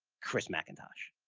chris macintosh.